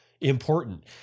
important